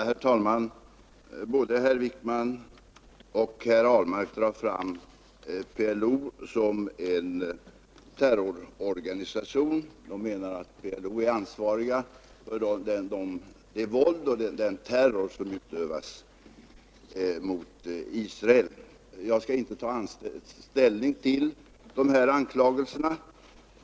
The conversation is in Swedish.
Herr talman! Både herr Wijkman och herr Ahlmark drar fram PLO som en terrororganisation. De menar att PLO är ansvarig för det våld och den terror som utövas mot Israel. Jag skall inte ta ställning till de här anklagelserna.